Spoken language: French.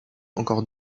encore